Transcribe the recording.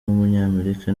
w’umunyamerika